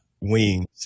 wings